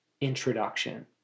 introduction